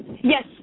Yes